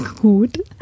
gut